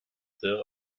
there